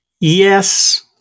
Yes